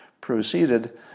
proceeded